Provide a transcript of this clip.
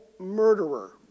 murderer